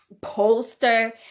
poster